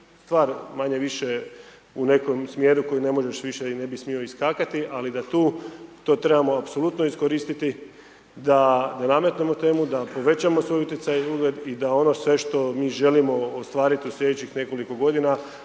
stvar manje-više u nekom smjeru koji ne možeš više i ne bi smio iskakati ali da tu, to trebamo apsolutno iskoristiti da nametnemo teme, da povećamo svoj utjecaj i ugled i da ono sve što mi želimo ostvariti u slijedećih nekoliko godina